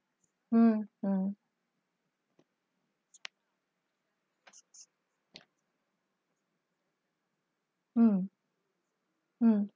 hmm mm hmm mm